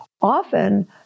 Often